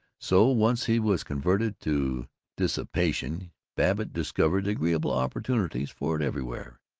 so, once he was converted to dissipation, babbitt discovered agreeable opportunities for it everywhere.